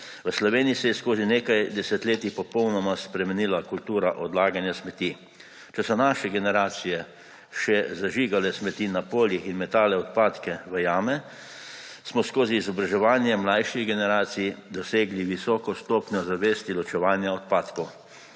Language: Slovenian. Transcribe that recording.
V Sloveniji se je skozi nekaj desetletij popolnoma spremenila kultura odlaganja smeti. Če so naše generacije še zažigale smeti na poljih in metale odpadke v jame, smo skozi izobraževanje mlajših generacij dosegli visoko stopnjo zavesti ločevanja odpadkov,